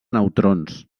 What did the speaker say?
neutrons